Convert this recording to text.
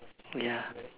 ya